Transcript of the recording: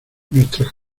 nuestros